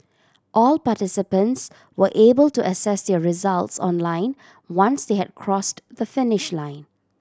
all participants were able to access their results online once they had crossed the finish line